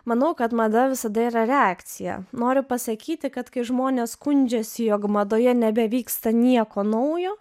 manau kad mada visada yra reakcija noriu pasakyti kad kai žmonės skundžiasi jog madoje nebevyksta nieko naujo